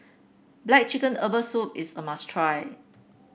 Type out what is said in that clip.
black chicken Herbal Soup is a must try